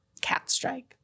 Catstrike